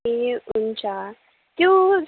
ए हुन्छ त्यो